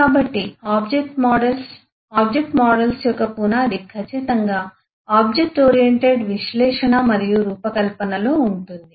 కాబట్టి object models object models యొక్క పునాది ఖచ్చితంగా ఆబ్జెక్ట్ ఓరియెంటెడ్ విశ్లేషణ మరియు రూపకల్పనలో ఉంటుంది